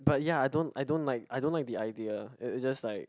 but ya I don't I don't like I don't like the idea it is just like